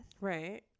right